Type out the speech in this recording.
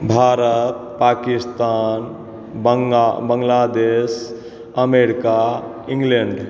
भारत पाकिस्तान बङ्गा Bangladesh America England